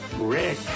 Rick